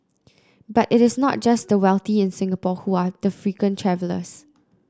but it is not just the wealthy in Singapore who are the frequent travellers